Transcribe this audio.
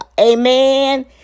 Amen